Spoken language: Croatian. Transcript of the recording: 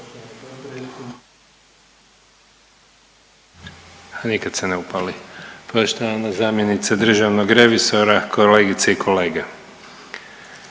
(Nezavisni)** Poštovana zamjenice državnog revizora, kolegice i kolege.